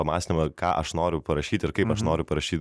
pamąstymą ką aš noriu parašyti ir kaip aš noriu parašyti